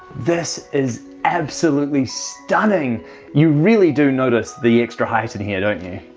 this is absolutely stunning you really do notice the extra height in here, don't you?